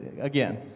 again